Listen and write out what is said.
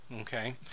okay